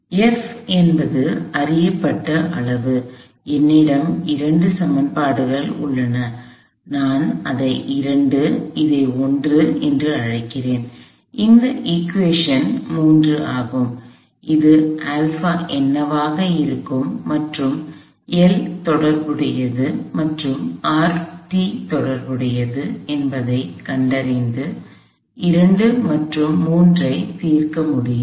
அதனால் F என்பது அறியப்பட்ட அளவு என்னிடம் இரண்டு சமன்பாடுகள் உள்ளன நான் இதை 2 இதை 1 என்று அழைக்கிறேன் இது சமன்பாடு 3 ஆகும் இது என்னவாக இருக்கும் மற்றும் தொடர்புடையது மற்றும் தொடர்புடையது என்பதைக் கண்டறிந்து 2 மற்றும் 3 ஐத் தீர்க்க முடியும்